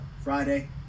friday